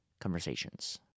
conversations